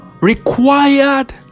required